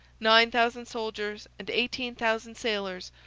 nine thousand soldiers and eighteen thousand sailors,